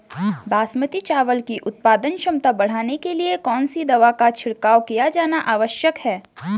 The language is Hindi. बासमती चावल की उत्पादन क्षमता बढ़ाने के लिए कौन सी दवा का छिड़काव किया जाना आवश्यक है?